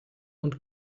und